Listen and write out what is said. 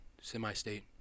semi-state